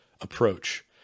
approach